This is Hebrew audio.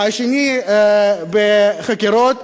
השני בחקירות,